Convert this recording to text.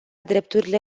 drepturile